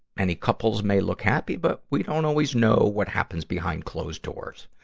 many couples may look happy, but we don't always know what happens behind closed doors.